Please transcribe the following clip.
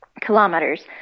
kilometers